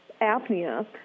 apnea